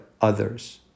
others